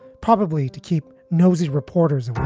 probably to keep nosy reporters alive